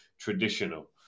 traditional